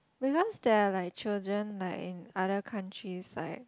because there are like children like in other countryside